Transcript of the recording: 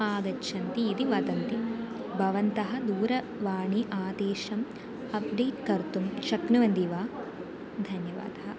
आगच्छन्ति इति वदन्ति भवन्तः दूरवाण्याः आदेशम् अप्डेट् कर्तुं शक्नुवन्ति वा धन्यवादः